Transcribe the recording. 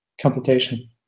computation